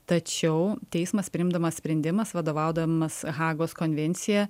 tačiau teismas priimdamas sprendimas vadovaudamas hagos konvenciją